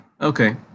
Okay